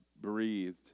breathed